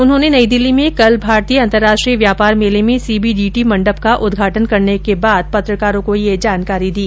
उन्होंने नई दिल्ली में कल भारतीय अंतर्राष्ट्रीय व्यापार मेले में सीबीडीटी मंडप का उद्घाटन करने के बाद पत्रकारों को यह जानकारी दी